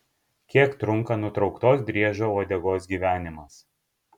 kiek trunka nutrauktos driežo uodegos gyvenimas